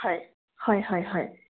হয় হয় হয় হয়